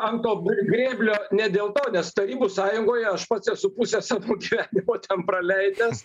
ant to grėblio ne dėl to nes tarybų sąjungoje aš pats esu pusę savo gyvenimo ten praleidęs